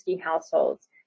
households